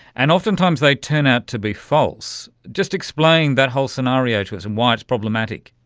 and oftentimes they turn out to be false. just explain that whole scenario to us and why it's problematic.